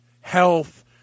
health